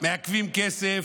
מעכבים כסף,